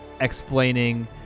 explaining